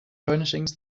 furnishings